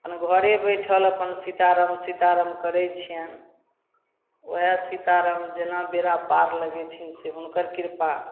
अपन घरे बैठल अपन सीताराम सीताराम करै छिअनि ओहे सीताराम जेना बेड़ा पार लगेथिन से हुनकर किरपा